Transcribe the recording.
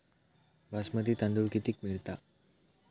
बासमती तांदूळ कितीक मिळता?